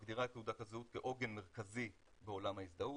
מגדירה את תעודת הזהות כעוגן מרכזי בעולם ההזדהות,